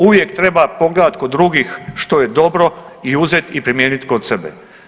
Uvijek treba pogledati kod drugih što je dobro i uzeti i primijeniti kod sebe.